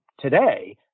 today